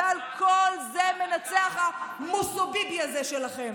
ועל כל זה מנצח המוסו-ביבי הזה שלכם.